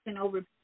over